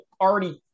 already